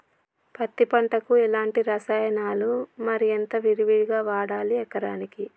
పత్తి పంటకు ఎలాంటి రసాయనాలు మరి ఎంత విరివిగా వాడాలి ఎకరాకి?